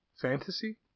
fantasy